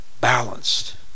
Balanced